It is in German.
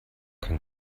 kein